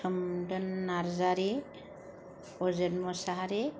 Somdon Narzary Ajit Mosahary